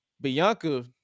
Bianca